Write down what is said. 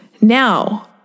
Now